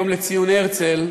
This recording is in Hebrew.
לציון יום הרצל,